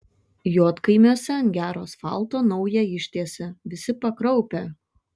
juodkaimiuose ant gero asfalto naują ištiesė visi pakraupę